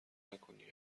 نکنیا